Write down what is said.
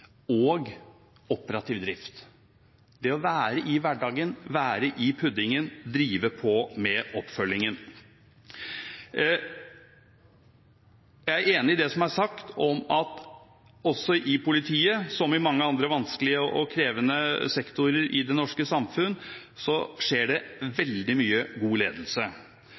og operativ drift – det å være i hverdagen, være i «puddingen», drive på med oppfølgingen. Jeg er enig i det som er sagt om at også i politiet, som i mange andre vanskelige og krevende sektorer i det norske samfunn, skjer det veldig mye god ledelse.